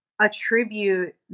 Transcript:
attribute